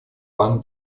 пан